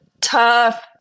Tough